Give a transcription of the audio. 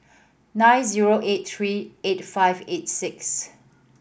nine zero eight three eight five eight six